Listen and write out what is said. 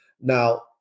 Now